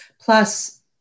Plus